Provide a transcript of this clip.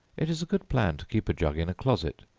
it is a good plan to keep a jug in a closet,